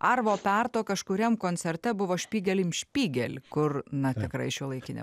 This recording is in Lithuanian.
arvo perto kažkuriam koncerte buvo špygel im špygel kur na tikrai šiuolaikinė